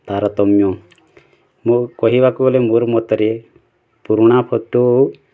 ତାରତମ୍ୟ ମୁଁ କହିବାକୁ ଗଲେ ମୋର ମତରେ ପୁରୁଣା ଫଟୋ